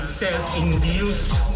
self-induced